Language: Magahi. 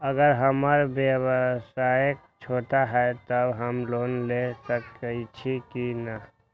अगर हमर व्यवसाय छोटा है त हम लोन ले सकईछी की न?